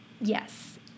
yes